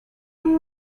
one